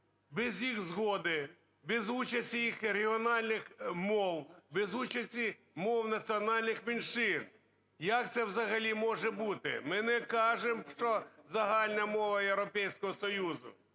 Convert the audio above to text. без їх згоди, без участі їх регіональних мов, без участі мов національних меншин. Як це взагалі може бути? Ми не кажемо, що загальна мова Європейського Союзу